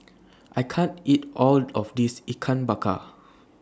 I can't eat All of This Ikan Bakar